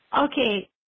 Okay